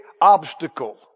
obstacle